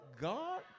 God